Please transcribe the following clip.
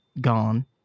gone